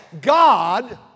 God